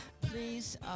Please